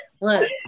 Look